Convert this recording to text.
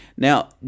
Now